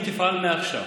התוכנית תפעל מעכשיו.